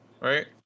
right